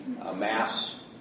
amass